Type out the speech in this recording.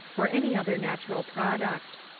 or any other natural product.